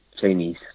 Chinese